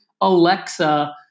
Alexa